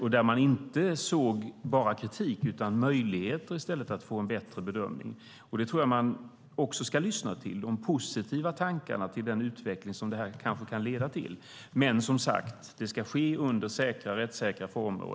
De framförde inte bara kritik, utan de såg i stället möjligheter att få en bättre bedömning. Jag tror att man även ska lyssna på de positiva tankarna om den utveckling som detta kanske kan leda till. Men som sagt, det ska ske under rättssäkra former.